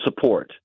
support